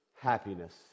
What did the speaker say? happiness